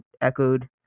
echoed